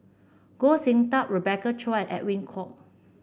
Goh Sin Tub Rebecca Chua and Edwin Koek